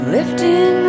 Lifting